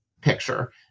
picture